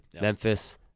Memphis